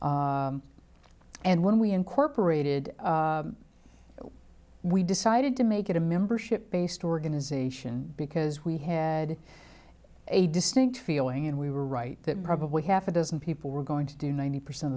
and when we incorporated we decided to make it a membership based organization because we had a distinct feeling and we were right that probably half a dozen people were going to do ninety percent